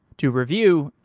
to review,